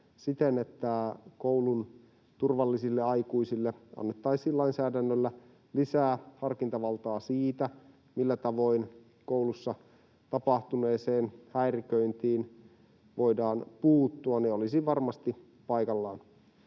siten, että koulun turvallisille aikuisille annettaisiin lainsäädännöllä lisää harkintavaltaa siinä, millä tavoin koulussa tapahtuneeseen häiriköintiin voidaan puuttua, olisi varmasti paikallaan.